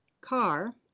car